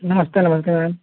नमस्ते नमस्ते मैम